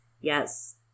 Yes